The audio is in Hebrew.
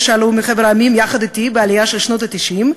שעלו מחבר המדינות יחד אתי בעלייה של שנות ה-90,